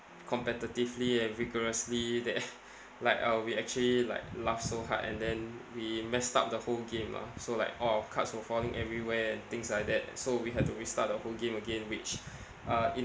competitively and vigorously that like uh we actually like laughed so hard and then we messed up the whole game lah so like all our cards were falling everywhere and things like that so we had to restart the whole game again which uh in